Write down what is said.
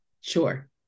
sure